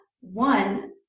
One